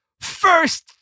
First